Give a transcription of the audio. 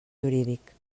jurídic